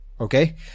Okay